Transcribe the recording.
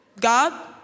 God